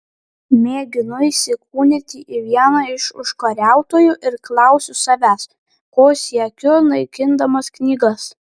mėginu įsikūnyti į vieną iš užkariautojų ir klausiu savęs ko siekiu naikindamas knygas